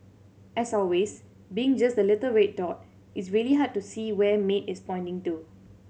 as always being just the little red dot it's really hard to see where Maid is pointing to